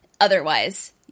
otherwise